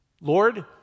Lord